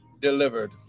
delivered